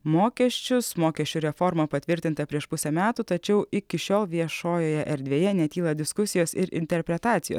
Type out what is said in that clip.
mokesčius mokesčių reforma patvirtinta prieš pusę metų tačiau iki šiol viešojoje erdvėje netyla diskusijos ir interpretacijos